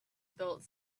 built